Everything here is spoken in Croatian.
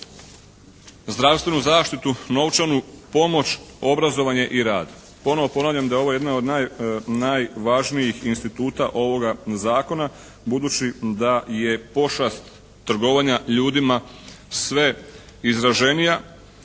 zdravstvenu zaštitu, novčanu pomoć, obrazovanje i rad.